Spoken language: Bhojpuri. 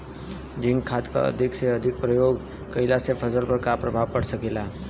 जिंक खाद क अधिक से अधिक प्रयोग कइला से फसल पर का प्रभाव पड़ सकेला?